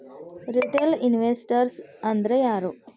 Retail investors ಅಂದ್ರಾ ಯಾರು?